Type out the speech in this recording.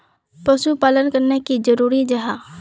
पशुपालन करना की जरूरी जाहा?